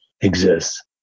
exists